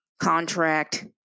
contract